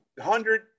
hundred